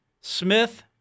Smith